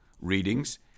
readings